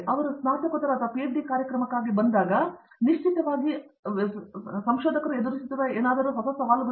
ಅವರು ಸ್ನಾತಕೋತ್ತರ ಅಥವಾ ಪಿಎಚ್ಡಿ ಕಾರ್ಯಕ್ರಮಕ್ಕಾಗಿ ಬಂದಾಗ ನಿಶ್ಚಿತವಾಗಿ ಅವರು ಎದುರಿಸುತ್ತಿರುವ ಇನ್ನೂ ಕೆಲವು ಸವಾಲುಗಳೇ